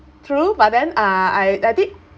true but then uh I I did